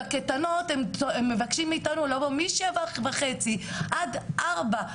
בקייטנות הם מבקשים מאיתנו לבוא משבע וחצי עד ארבע,